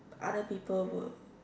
other people will